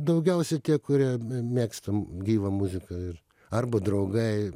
daugiausia tie kurie mėgsta m gyvą muziką ir arba draugai